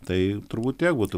tai turbūt tiek būtų